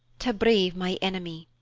to brave my enemy.